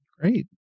Great